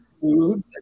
food